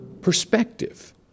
Perspective